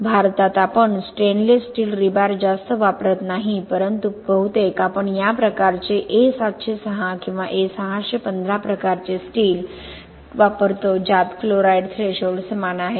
भारतात आपण stainless steel rebar जास्त वापरत नाही परंतु बहुतेक आपण या प्रकारचे ए706 किंवा A615 प्रकारचे स्टील किंवा स्टील्स वापरतो ज्यात क्लोराईड थ्रेशोल्ड समान आहे